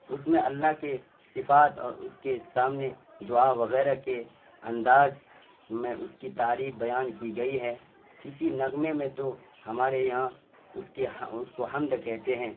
اس میں اللہ کے صفات اور اس کے سامنے دعا وغیرہ کے انداز میں اس کی تعریف بیان کی گئی ہے کسی نغمے میں تو ہمارے یہاں اس کے اس کو حمد کہتے ہیں